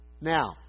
Now